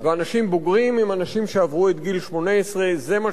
ואנשים בוגרים הם אנשים שעברו את גיל 18. זה מה